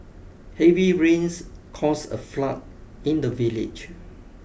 heavy rains caused a flood in the village